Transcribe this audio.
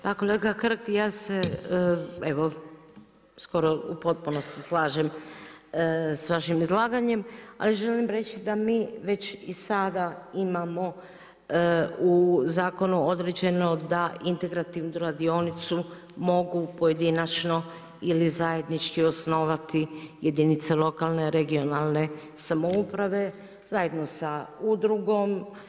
Pa kolega Hrg, ja se evo skoro u potpunosti slažem s vašim izlaganjem, ali želim reći da mi već i sada imamo u Zakonu određeno da … radionicu mogu pojedinačno ili zajednički osnovati jedinice lokalne regionalne samouprave, zajedno sa udrugom.